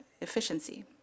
efficiency